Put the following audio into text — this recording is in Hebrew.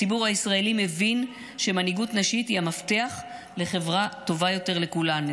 הציבור הישראלי מבין שמנהיגות נשית היא המפתח לחברה טובה יותר לכולנו.